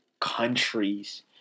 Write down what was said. countries